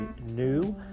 new